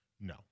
No